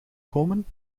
komen